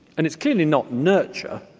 and it's clearly not nurture.